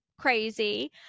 crazy